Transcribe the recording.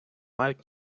мають